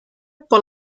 por